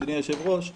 אדוני היושב-ראש,